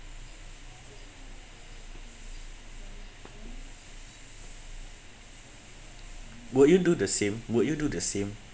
would you do the same would you do the same